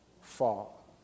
Fall